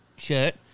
shirt